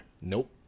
Nope